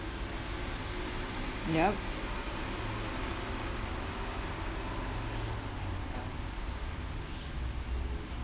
yup